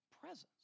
presence